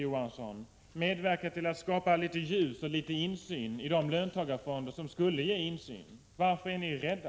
Å. Johansson, medverka till att skapa litet ljus och insyn i de löntagarfonder som skulle ge insyn? Varför är ni rädda?